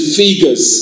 figures